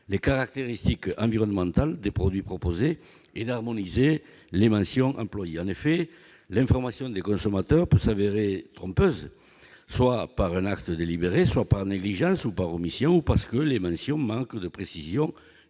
les caractéristiques environnementales des produits proposés et harmoniser les mentions employées. En effet, l'information des consommateurs peut s'avérer trompeuse, soit par un acte délibéré, soit par négligence ou omission, soit encore parce que les mentions manquent de précision